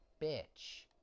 bitch